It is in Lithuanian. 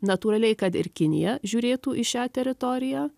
natūraliai kad ir kinija žiūrėtų į šią teritoriją